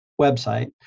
website